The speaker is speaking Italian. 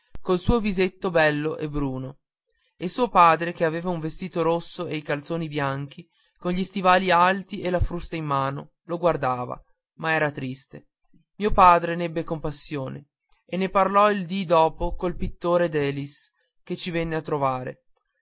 col suo visetto bello e bruno e suo padre che aveva un vestito rosso e i calzoni bianchi con gli stivali alti e la frusta in mano lo guardava ma era triste mio padre n'ebbe compassione e ne parlò il dì dopo col pittore delis che venne a trovarci